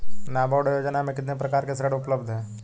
नाबार्ड योजना में कितने प्रकार के ऋण उपलब्ध हैं?